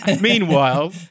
meanwhile